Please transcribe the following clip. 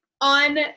on